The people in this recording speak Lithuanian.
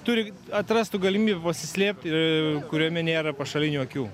turi atrast tų galimybių pasislėpt ir kuriame nėra pašalinių akių